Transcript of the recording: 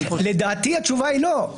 לדעתי התשובה היא לא,